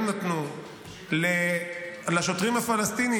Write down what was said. הם נתנו לשוטרים הפלסטינים,